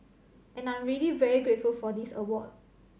and I'm really very grateful for this award